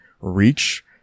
reach